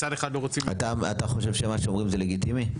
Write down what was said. אתה חושב שמה שאומרים זה לגיטימי?